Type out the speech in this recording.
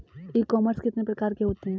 ई commerce कितने प्रकार के होते हैं?